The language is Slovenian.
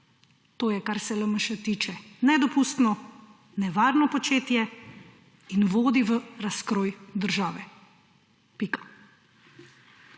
To je, kar se LMŠ tiče, nedopustno, nevarno početje in vodi v razkroj države. Pika.